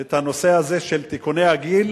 את הנושא הזה של תיקוני הגיל,